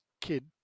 kid